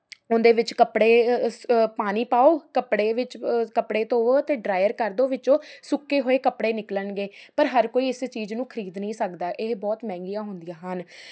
ਉਹਦੇ ਵਿੱਚ ਕੱਪੜੇ ਪਾਣੀ ਪਾਓ ਕੱਪੜੇ ਵਿੱਚ ਕੱਪੜੇ ਧੋਵੋ ਅਤੇ ਡਰਾਈਰ ਕਰ ਦਿਉ ਵਿੱਚੋਂ ਸੁੱਕੇ ਹੋਏ ਕੱਪੜੇ ਨਿਕਲਣਗੇ ਪਰ ਹਰ ਕੋਈ ਇਸ ਚੀਜ਼ ਨੂੰ ਖਰੀਦ ਨਹੀਂ ਸਕਦਾ ਇਹ ਬਹੁਤ ਮਹਿੰਗੀਆਂ ਹੁੰਦੀਆਂ ਹਨ